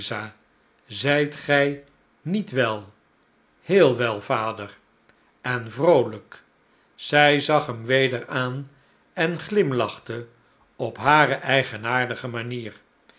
zijt gij niet wel heel wel vader en vroolijk zij zag hem weder aan en glimlachte op hare eigenaardige manier